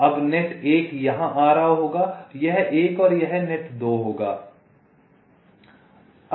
तो अब नेट 1 यहाँ आ रहा होगा यह 1 और यह नेट 2 होगा एक बार यह निर्धारित किया जाता है नेट 2 इस बिंदु के साथ क्षैतिज रूप से आ जाएगा यह 2 होगा